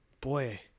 Boy